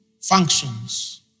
functions